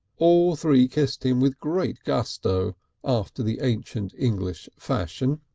all three kissed him with great gusto after the ancient english fashion.